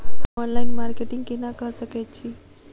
हम online marketing केना कऽ सकैत छी?